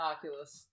Oculus